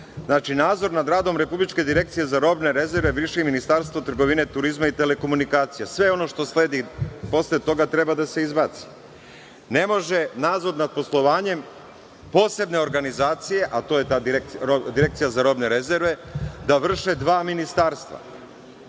Znači – nadzor nad radom Republičke direkcije za robne rezerve vrši Ministarstvo trgovine, turizma i telekomunikacija. Sve ono što sledi posle toga treba da se izbaci. Ne može nadzor nad poslovanjem posebne organizacije, a to je ta Direkcija za robne rezerve, da vrše dva ministarstva.